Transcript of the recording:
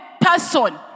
person